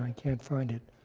and can't find it.